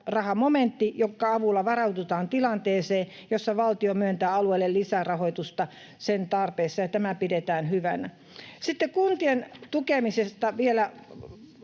arviomäärärahamomentti, jonka avulla varaudutaan tilanteeseen, jossa valtio myöntää alueelle lisärahoitusta sen tarpeeseen, ja tämä pidetään hyvänä. Sitten kuntien tukemisesta vielä,